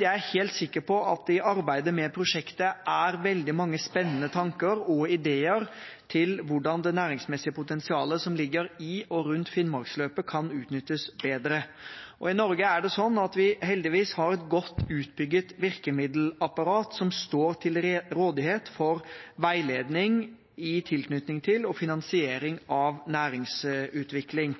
Jeg er helt sikker på at det i arbeidet med prosjektet er veldig mange spennende mange tanker og ideer til hvordan det næringsmessige potensialet som ligger i og rundt Finnmarksløpet, kan utnyttes bedre. I Norge har vi heldigvis et godt utbygget virkemiddelapparat som står til rådighet for veiledning i tilknytning til og finansiering av næringsutvikling.